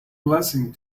blessing